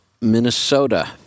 Minnesota